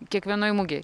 kiekvienoj mugėj